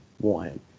one